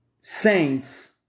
Saints